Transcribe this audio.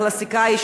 הקלסיקאי,